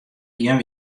gjin